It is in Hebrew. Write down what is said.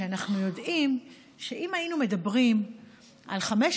כי אנחנו יודעים שאם היינו מדברים על 500